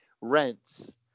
rents